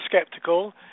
skeptical